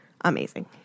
amazing